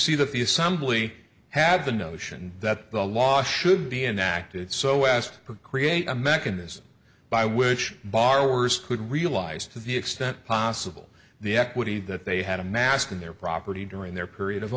see that these somebody had the notion that the law should be enacted so west to create a mechanism by which borrowers could realize to the extent possible the equity that they had amassed in their property during their period of